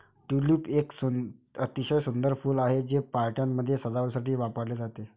tulip एक अतिशय सुंदर फूल आहे, ते पार्ट्यांमध्ये सजावटीसाठी वापरले जाते